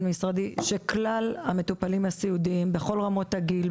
משרדי שכלל המטופלים בסיעודיים בכל רמות הגיל,